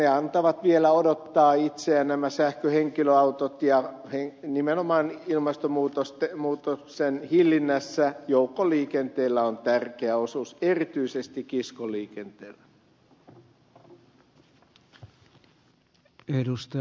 ne antavat vielä odottaa itseään nämä sähköhenkilöautot ja nimenomaan ilmastonmuutoksen hillinnässä joukkoliikenteellä on tärkeä osuus erityisesti kiskoliikenteellä